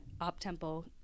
op-tempo